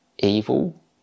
evil